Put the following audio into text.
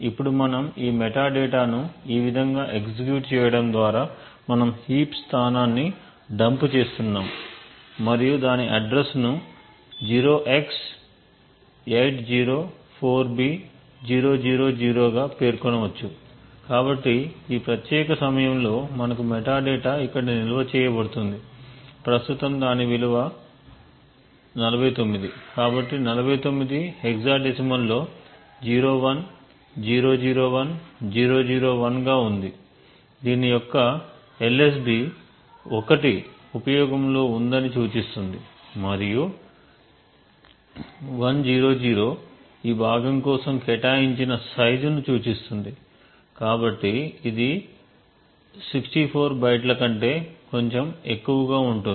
ఇప్పుడు మనం ఈ మెటాడేటాను ఈ విధంగా ఎగ్జిక్యూట్ చేయడం ద్వారా మనం హీప్ స్థానాన్ని డంప్ చేస్తున్నాము మరియు దాని అడ్రస్ ను 0x804b000 గా పేర్కొనవచ్చు కాబట్టి ఈ ప్రత్యేక సమయంలో మనకు మెటాడేటా ఇక్కడ నిల్వ చేయబడుతుంది ప్రస్తుతం దాని విలువ 49 కాబట్టి 49 హెక్సాడెసిమల్లో 01001001 గా ఉంది దీని యొక్క LSB 1 ఉపయోగంలో ఉందని సూచిస్తుంది మరియు 100 ఈ భాగం కోసం కేటాయించిన సైజుని సూచిస్తుంది కాబట్టి ఇది 64 బైట్ల కంటే కొంచెం ఎక్కువగా ఉంటుంది